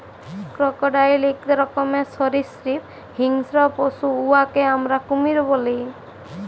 crocodile ইক রকমের সরীসৃপ হিংস্র পশু উয়াকে আমরা কুমির ব্যলি